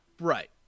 right